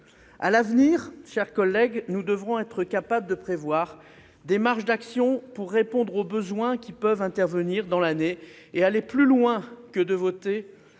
À l'avenir, mes chers collègues, nous devrons être capables de prévoir des marges d'action pour répondre aux besoins qui peuvent intervenir dans l'année et aller plus loin que le vote